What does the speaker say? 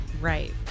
right